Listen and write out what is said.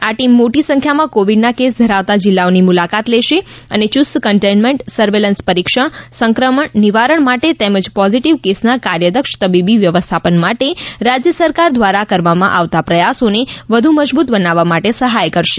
આ ટીમ મોટી સંખ્યામાં કોવિડના કેસ ધરાવતા જીલ્લાઓની મુલાકાત લેશે અને યુસ્ત કન્ટેન્મેન્ટ સર્વેલન્સ પરિક્ષણ સંક્રમણ નિવારણ માટે તેમજ પોઝીટીવ કેસના કાર્યદક્ષ તબીબી વ્યવસ્થાપન માટે રાજ્ય સરકાર દ્વારા કરવામાં આવતા પ્રયાસોને વધુ મજબૂત બનાવવા માટે સહાય કરશે